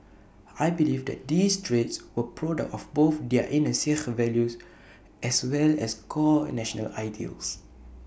I believe that these traits were product of both their inner Sikh values as well as core national ideals